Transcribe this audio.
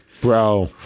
Bro